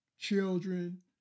Children